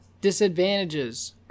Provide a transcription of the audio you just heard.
disadvantages